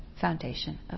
foundation